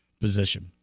position